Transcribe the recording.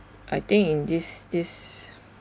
I think in this this